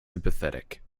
sympathetic